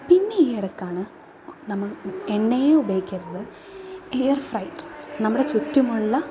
പിന്നെ ഈ ഇടക്കാണ് നമ്മൾ എണ്ണയും ഉപയോഗിക്കരുത് എയർ ഫ്രൈഡ് നമ്മുടെ ചുറ്റുമുള്ള